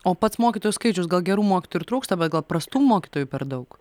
o pats mokytojų skaičius gal gerų mokytojų ir trūksta bet gal prastų mokytojų per daug